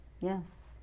Yes